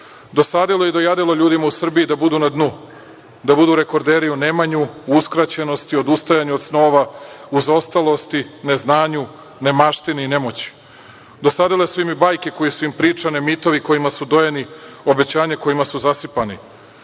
Dosadilo i dojadilo je ljudima u Srbiji da budu na dnu, da budu rekorderi u nemanju, u uskraćenosti, odustajanju od snova, u zaostalosti, neznanju, nemaštini i nemoći. Dosadile su im i bajke koje su im pričane, mitovi kojima su dojeni, obećanja kojima su zasipani.